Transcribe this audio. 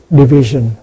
division